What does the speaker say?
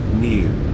new